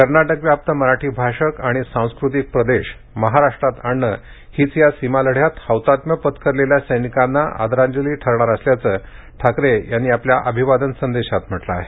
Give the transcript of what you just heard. कर्नाटकव्याप्त मराठी भाषक आणि सांस्कृतिक प्रदेश महाराष्ट्रात आणणे हीच या सीमा लढ्यात हौतात्म्य पत्करलेल्या सैनिकांना आदरांजली ठरणार असल्याचे ठाकरे यांनी आपल्या अभिवादन संदेशात म्हटले आहे